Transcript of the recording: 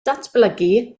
datblygu